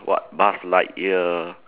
what Buzz Lightyear